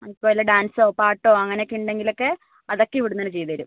എനിക്ക് വല്ല ഡാൻസോ പാട്ടോ അങ്ങനെ ഒക്കെ ഉണ്ടെങ്കിലൊക്കെ അതൊക്കെ ഇവിടെ നിന്നുതന്നെ ചെയ്തുതരും